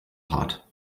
part